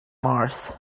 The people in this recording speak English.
mars